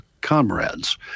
comrades